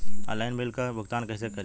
Online bill क भुगतान कईसे करी?